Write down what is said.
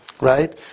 Right